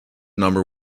number